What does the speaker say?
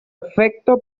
efecto